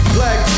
Black